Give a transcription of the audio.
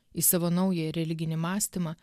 į savo naują religinį mąstymą